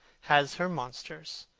has her monsters,